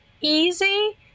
easy